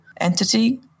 entity